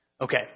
Okay